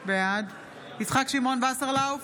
בעד יצחק שמעון וסרלאוף,